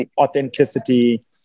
authenticity